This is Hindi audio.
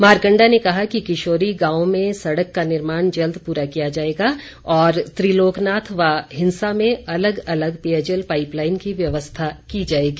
मारकंडा ने कहा कि किशोरी गांव में सड़क का निर्माण जल्द पूरा किया जाएगा और त्रिलोकनाथ व हिंसा में अलग अलग पेयजल पाईप लाईन की व्यवस्था की जाएगी